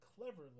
cleverly